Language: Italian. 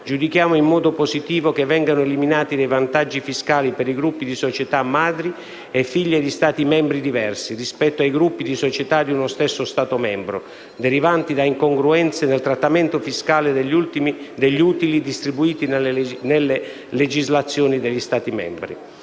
Giudichiamo in modo positivo che vengano eliminati dei vantaggi fiscali per i gruppi di società madri e figlie di Stati membri diversi, rispetto ai gruppi di società di uno stesso Stato membro, derivanti da incongruenze nel trattamento fiscale degli utili distribuiti nelle legislazioni degli Stati membri.